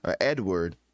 Edward